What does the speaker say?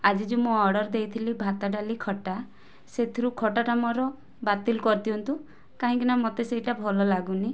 ଆଜି ଯେଉଁ ମୁଁ ଅର୍ଡ଼ର ଦେଇଥିଲି ଭାତ ଡ଼ାଲି ଖଟା ସେଥିରୁ ଖଟା ଟା ମୋର ବାତିଲ କରି ଦିଅନ୍ତୁ କାହିଁକି ନା ମୋତେ ସେଇଟା ଭଲ ଲାଗୁନି